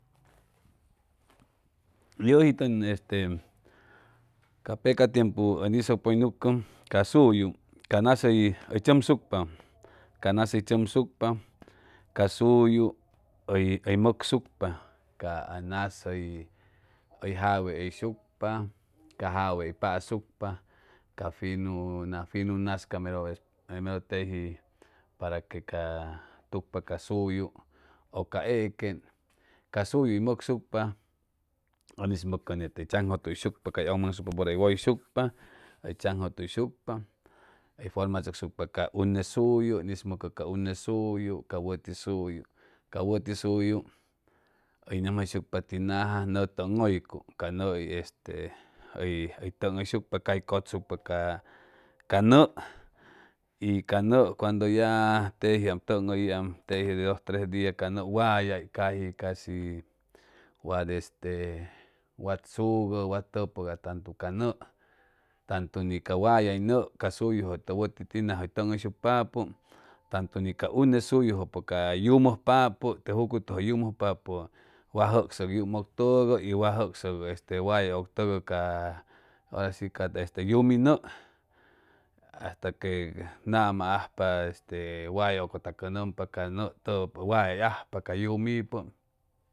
Yʉji tʉn este ca peca tiempu ʉn hizʉ pʉynucʉ ca suyu ca nas hʉy tzʉmsupa ca nas hʉy tzʉmsupa ca suyu hʉy hʉy mʉcsucpa ca nas hʉy hʉy jawe hʉyshucpa ca jawe hʉy pasucpa ca finu finu nas cap mero mero teji para que ca tukpa ca suyu ʉ ca equeŋ ca suyu hʉy mʉcsucpa ʉn hiz mʉcʉ nete tzanjʉtuyshucpa ca ʉgmaŋshucpa bʉra hʉy wʉyshucpa hʉy hʉy tzanjʉtuyshucpa hʉy formachʉcsucpa ca une suyu ʉn hiz mʉcʉ ca une suyu ca wʉti suyu ca wʉti suyu hʉy nʉmjayshucpa tinaja nʉ tʉŋhʉycuy ca nʉʉ hʉy este hʉy tʉŋhʉyshucpa cay cʉtsucpa ca ca nʉʉ y ca nʉʉ cuando ya tejiam tʉŋhʉyiam teji te dos tres dias ca tʉʉ wayay caji casi wat este wat sugʉ wat tʉpʉga tantu ca nʉʉ tantu ni ca wayay nʉʉ ca suyujʉ ca wʉti tina hʉy tʉŋhʉyshucpapʉ tantu ni ca une suyujʉ ca yumʉjpapʉ te jucutʉjʉ yumʉjpapʉ wa jʉcsʉg yum ʉctʉgʉ y wa jʉcsʉg wayay ʉctʉgʉ ca ora shi ca yumi nʉʉ hasta que nama ajpa este e wayay ʉcʉtacʉnʉmpa ca nʉʉ tʉpʉg wayay ajpa ca yumipʉ